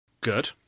Good